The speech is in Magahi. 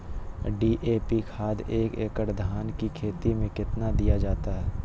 डी.ए.पी खाद एक एकड़ धान की खेती में कितना दीया जाता है?